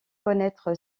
connaître